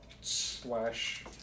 slash